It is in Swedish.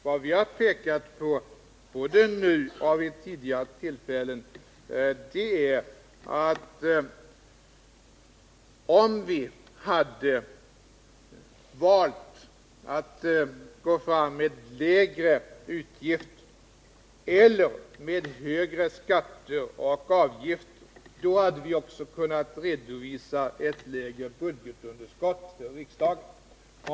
Vad vi har pekat på, både nu och vid tidigare tillfällen, är det faktum att om vi hade valt att gå fram med lägre utgifter eller med högre skatter och avgifter hade vi också kunnat redovisa ett lägre budgetunderskott för riksdagen.